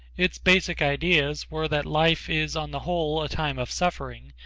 its basic ideas were that life is on the whole a time of suffering,